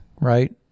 right